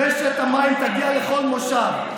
רשת המים תגיע לכל מושב.